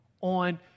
on